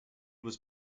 was